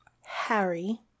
Harry